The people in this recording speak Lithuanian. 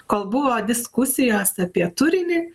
kol buvo diskusijos apie turinį